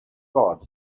god